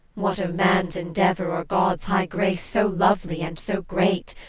what of man's endeavour or god's high grace so lovely and so great?